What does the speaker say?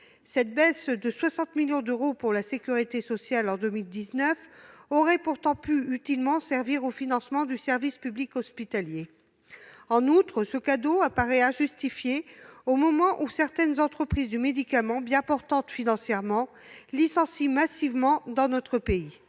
cette baisse de 60 millions d'euros pour la sécurité sociale en 2019 aurait pu utilement servir au financement du service public hospitalier. En outre, ce cadeau paraît injustifié au moment où certaines entreprises du médicament, bien portantes financièrement, licencient massivement dans notre pays.